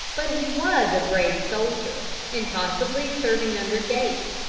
but he was a brave soldier, and possibly serving under gates,